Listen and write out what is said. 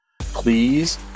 please